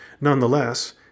nonetheless